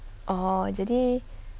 oo jadi